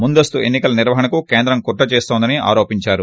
ముందస్తు ఎన్నికల నిర్వహణకు కేంద్రం కుట్ర చేస్తోందని ఆరోపించారు